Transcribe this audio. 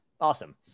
Awesome